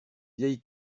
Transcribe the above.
vieille